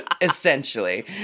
essentially